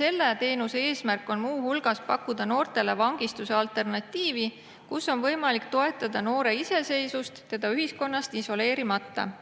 Selle teenuse eesmärk on muu hulgas pakkuda noortele vangistuse alternatiivi, mille puhul on võimalik toetada noore iseseisvust teda ühiskonnast isoleerimata.